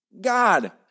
God